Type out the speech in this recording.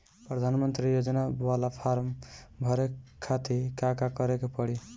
प्रधानमंत्री योजना बाला फर्म बड़े खाति का का करे के पड़ी?